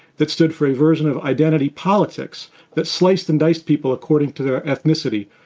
that stood for a version of identity politics that sliced and diced people according to their ethnicity,